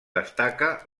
destaca